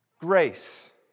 Grace